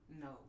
No